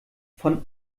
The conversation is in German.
von